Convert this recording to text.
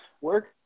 Work